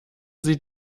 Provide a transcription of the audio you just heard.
sie